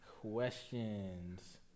questions